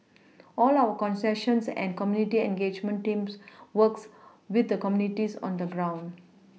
all our concessions and community engagement teams works with the communities on the ground